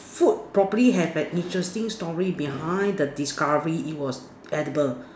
food probably has an interesting story behind the discovery it was edible